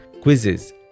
quizzes